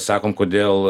sakom kodėl